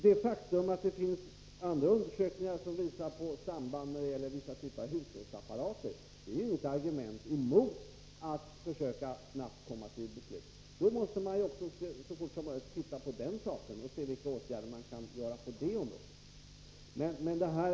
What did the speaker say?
Det faktum att det finns andra undersökningar som visar på samband när det gäller vissa typer av hushållsapparater är ju inget argument emot att man bör försöka komma fram till ett snabbt beslut. Då bör man ju i stället så fort som möjligt också undersöka den saken och se vilka åtgärder som kan vidtas.